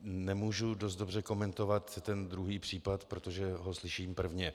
Nemůžu dost dobře komentovat ten druhý případ, protože ho slyším prvně.